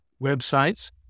websites